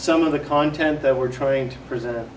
some of the content that we're trying to present